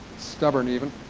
stubborn even,